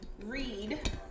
read